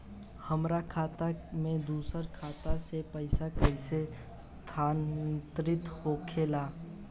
हमार खाता में दूसर खाता से पइसा कइसे स्थानांतरित होखे ला?